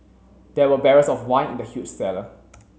there were barrels of wine in the huge cellar